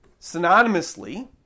synonymously